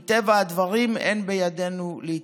מטבע הדברים אין בידינו להתייחס.